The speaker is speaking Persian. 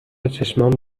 چشمام